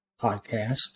podcast